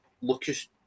lucas